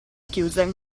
chiuse